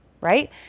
Right